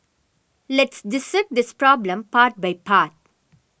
let's dissect this problem part by part